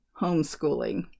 homeschooling